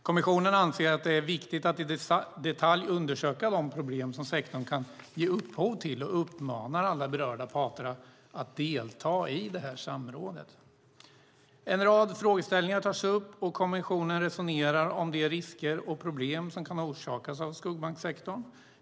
Kommissionen anser att det är viktigt att i detalj undersöka de problem som sektorn kan ge upphov till och uppmanar alla berörda parter att delta i samrådet. En rad frågeställningar tas upp och kommissionen resonerar om de risker och problem som kan orsakas av skuggbanksektorn.